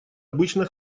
обычно